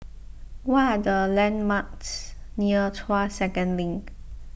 what are the landmarks near Tuas Second Link